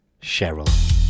cheryl